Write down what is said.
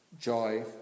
joy